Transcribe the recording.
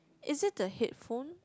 is it the headphone